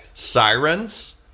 sirens